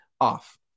off